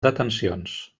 detencions